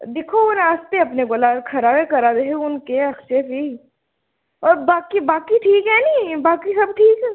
दिक्खो हून अस ते अपने कोला खरा गै करा दे हे हून केह् आखचै फ्ही और बाकी बाकी ठीक है निं बाकी सब ठीक